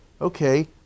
okay